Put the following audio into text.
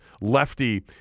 lefty